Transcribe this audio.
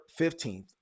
15th